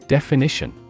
Definition